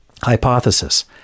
hypothesis